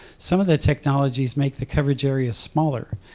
some of the technologies make the coverage area smaller,